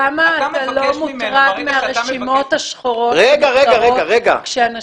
למה אתה לא מוטרד מהרשימות השחורות שנוצרות כשאנשים